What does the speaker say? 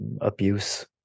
abuse